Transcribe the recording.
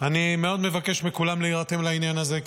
אני מאוד מבקש מכולם להירתם לעניין הזה,